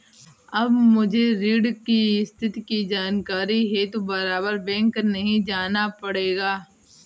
अब मुझे ऋण की स्थिति की जानकारी हेतु बारबार बैंक नहीं जाना पड़ेगा